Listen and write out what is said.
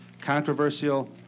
controversial